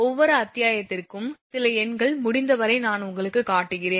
ஒவ்வொரு அத்தியாயத்திற்கும் சில எண்கள் முடிந்தவரை நான் உங்களுக்குக் காட்டுகிறேன்